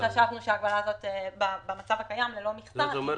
זאת אומרת,